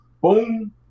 boom